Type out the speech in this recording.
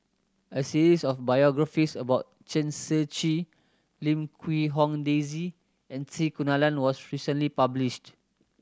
a series of biographies about Chen Shiji Lim Quee Hong Daisy and C Kunalan was recently published